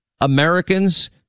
Americans